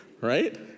right